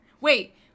Wait